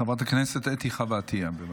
חברת הכנסת אתי חוה עטייה, בבקשה.